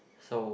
so